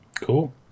Cool